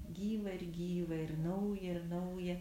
gyva ir gyva ir nauja ir nauja